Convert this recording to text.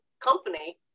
company